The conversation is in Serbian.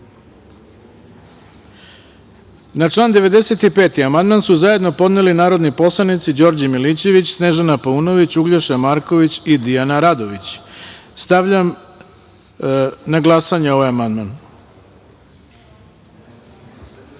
član 95. amandman su zajedno podneli narodni poslanici Đorđe Milićević, Snežana Paunović, Uglješa Marković i Dijana Radović. Stavljam na glasanje ovaj